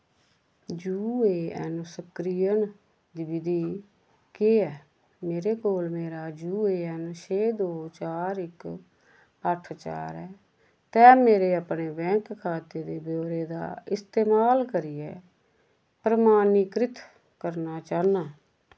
U A N सक्रियण दी विधि केह् ऐ मेरे कोल मेरा यू ए ऐन्न छे दो चार इक अट्ठ चार ऐ ते में अपने बैंक खाते दे ब्यौरे दा इस्तेमाल करियै प्रमाणीकृत करना चाह्न्नां